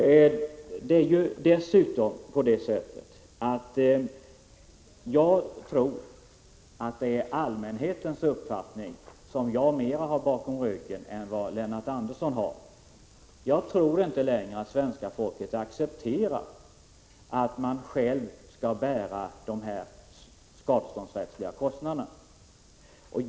Dessutom tror jag att jag i större utsträckning har allmänhetens uppfattning bakom ryggen än vad Lennart Andersson har. Jag tror inte att svenska folket längre accepterar att den enskilde själv skall bära de skadeståndsrättsliga kostnaderna.